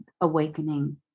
awakening